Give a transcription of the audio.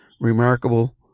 remarkable